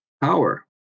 power